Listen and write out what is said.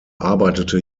arbeitete